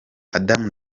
adam